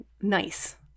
nice